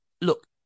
Look